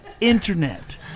Internet